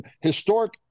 historic